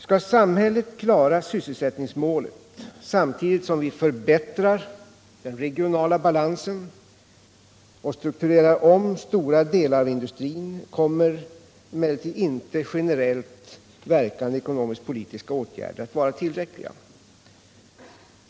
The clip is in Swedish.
Skall samhället klara sysselsättningsmålet samtidigt som vi förbättrar den regionala balansen och strukturerar om stora delar av industrin, kommer emellertid inte generellt verkande ekonomiskt-politiska åtgärder att vara tillräckliga.